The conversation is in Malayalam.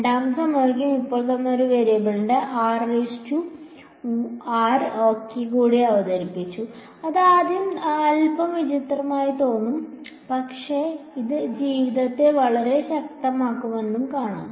രണ്ടാമത്തെ സമവാക്യം ഇപ്പോൾ ഞാൻ ഒരു വേരിയബിൾ r ok കൂടി അവതരിപ്പിച്ചു അത് ആദ്യം അൽപ്പം വിചിത്രമായി തോന്നും പക്ഷേ അത് ജീവിതത്തെ വളരെ ശക്തമാക്കുമെന്ന് കാണും